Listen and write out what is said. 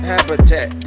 Habitat